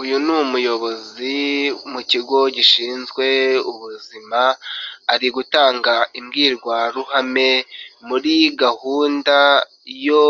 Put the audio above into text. Uyu ni umuyobozi mu kigo gishinzwe ubuzima ari gutanga imbwirwaruhame muri gahunda yo